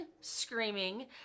screaming